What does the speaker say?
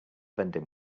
vending